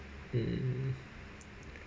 mmhmm